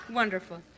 wonderful